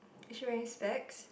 is she wearing specs